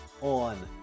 On